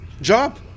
job